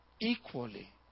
Equally